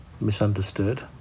Misunderstood